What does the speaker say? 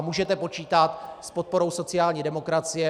Můžete počítat s podporou sociální demokracie.